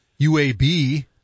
UAB